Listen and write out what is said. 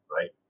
right